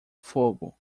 fogo